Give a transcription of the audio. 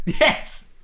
Yes